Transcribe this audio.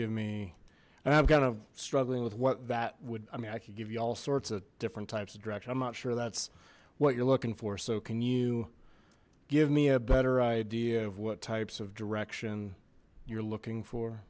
give me i have kind of struggling with what that would i mean i could give you all sorts of different types of direction i'm not sure that's what you're looking for so can you give me a better idea of what types of direction you're looking for